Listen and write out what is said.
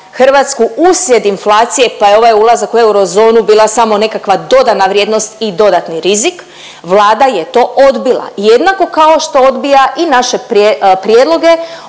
Hrvatsku uslijed inflacije, pa je ovaj ulazak u eurozonu bila samo nekakva dodana vrijednost i dodani rizik, Vlada je to odbila jednako kao što odbija i naše prijedloge